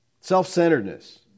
Self-centeredness